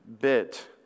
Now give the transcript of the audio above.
bit